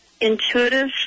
intuitive